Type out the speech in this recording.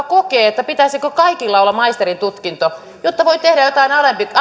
kokevat että pitäisikö kaikilla olla maisterintutkinto jotta voi tehdä jotain